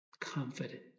confident